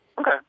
Okay